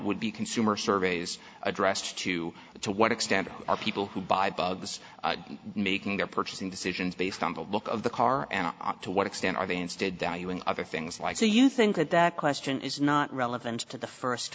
would be consumer surveys addressed to to what extent are people who buy bugs making their purchasing decisions based on the look of the car and to what extent are they instead valuing other things like so you think that that question is not relevant to the first